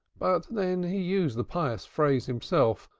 but then he used the pious phrase himself,